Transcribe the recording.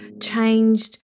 changed